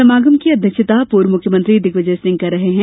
समागम की अध्यक्षता पूर्व मुख्यमंत्री दिग्विजय सिंह कर हैं